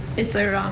is there? um